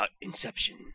Inception